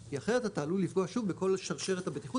כי אחרת אתה עלול לפגוע שוב בכל שרשרת הבטיחות